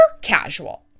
casual